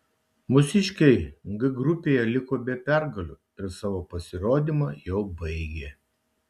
mūsiškiai g grupėje liko be pergalių ir savo pasirodymą jau baigė